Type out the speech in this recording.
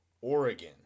Oregon